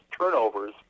turnovers